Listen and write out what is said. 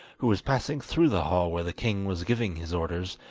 who was passing through the hall where the king was giving his orders,